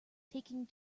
taking